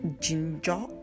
Ginger